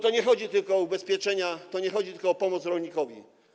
Tu nie chodzi tylko o ubezpieczenia, tu nie chodzi tylko o pomoc rolnikowi.